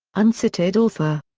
uncited author.